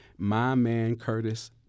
mymancurtis